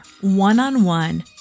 one-on-one